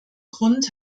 grund